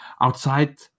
Outside